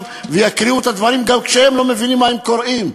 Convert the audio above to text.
ויקריאו את הדברים גם כשהם לא מבינים מה הם קוראים.